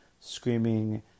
screaming